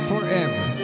forever